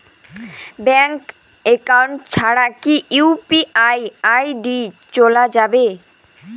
Bank account ছাড়া কি UPI ID চোলা যাবে?